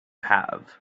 have